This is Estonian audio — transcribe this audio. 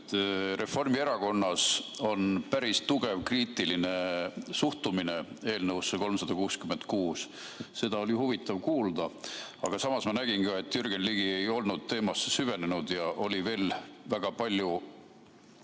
Reformierakonnas on päris tugev kriitiline suhtumine eelnõusse 366. Seda oli huvitav kuulda, aga samas ma nägin ka, et Jürgen Ligi ei olnud teemasse süvenenud ja seal oli veel väga palju